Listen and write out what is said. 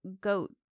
goat